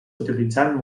utilitzant